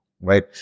right